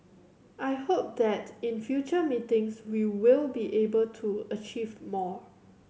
I hope that in future meetings we will be able to achieve more